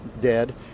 dead